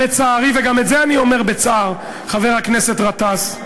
לצערי, וגם את זה אני אומר בצער, חבר הכנסת גטאס,